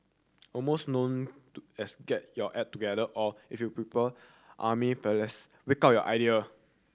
almost known to as get your act together or if you prepare army parlance wake up your idea